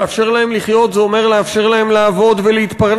לאפשר להם לחיות זה אומר לאפשר להם לעבוד ולהתפרנס,